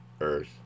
earth